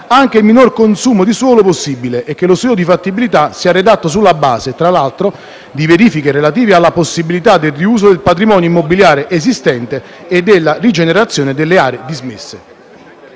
anche il minor consumo di suolo possibile e che lo studio di fattibilità sia redatto sulla base, tra l'altro, di verifiche relative alla possibilità del riuso del patrimonio immobiliare esistente e della rigenerazione delle aree dismesse.